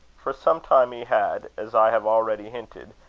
for some time he had, as i have already hinted,